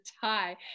tie